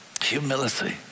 humility